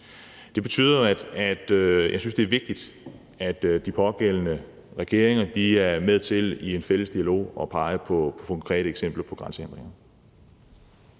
Derfor synes jeg, det er vigtigt, at de pågældende regeringer er med til i en fælles dialog at pege på konkrete eksempler på grænsehindringer.